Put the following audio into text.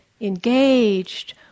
engaged